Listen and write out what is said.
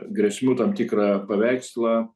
grėsmių tam tikrą paveikslą